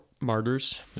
martyrs